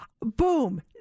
Boom